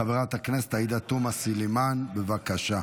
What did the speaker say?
חברת הכנסת עאידה תומא סלימאן, בבקשה.